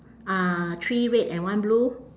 uh three red and one blue